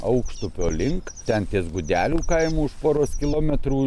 aukštupio link ten ties gudelių kaimu už poros kilometrų